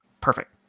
perfect